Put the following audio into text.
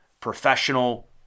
professional